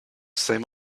same